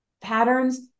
patterns